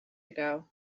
ago